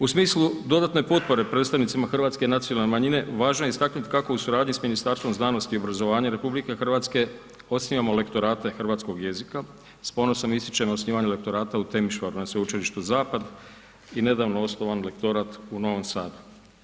U smislu dodatne potpore predstavnicima hrvatske nacionalne manjine, važno je istaknut kako u suradnji s Ministarstvom znanosti i obrazovanja RH, osim … [[Govornik se ne razumije]] lektorata i hrvatskog jezika, s ponosom ističemo osnivanje lektorata u … [[Govornik se ne razumije]] sveučilištu zapad i nedavno osnovan lektorat u Novom Sadu.